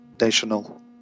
national